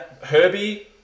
Herbie